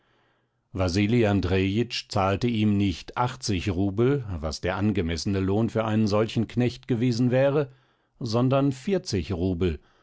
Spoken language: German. wasili andrejitsch zahlte ihm nicht achtzig rubel was der angemessene lohn für einen solchen knecht gewesen wäre sondern vierzig rubel